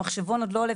המחשבון עוד לא עולה,